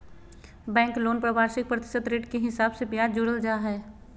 bank loan पर वार्षिक प्रतिशत रेट के हिसाब से ब्याज जोड़ल जा हय